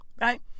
Right